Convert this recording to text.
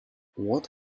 what